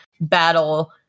battle